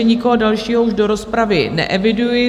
Nikoho dalšího už do rozpravy neeviduji.